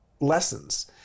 lessons